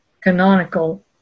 canonical